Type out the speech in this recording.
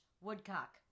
Woodcock